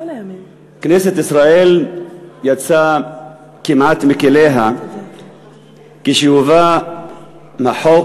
כנסת ישראל יצאה כמעט מכליה כשהובא החוק